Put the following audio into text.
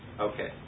Okay